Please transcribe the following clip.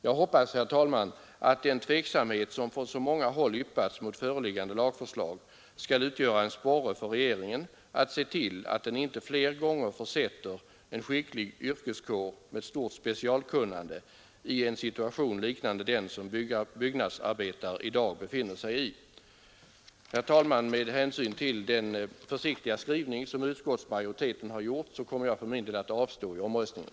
Jag hoppas att den tveksamhet som från så många håll yppats mot föreliggande lagförslag skall utgöra en sporre för regeringen att se till att den inte fler gånger försätter en skicklig yrkeskår med stort specialkunnande i en situation liknande den som byggnadsarbetare i dag befinner sig i. Herr talman! Med hänsyn till den försiktiga skrivning som utskottsmajoriteten har gjort kommer jag för min del att avstå vid omröstningen.